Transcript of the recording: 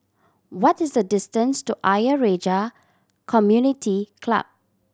what is the distance to Ayer Rajah Community Club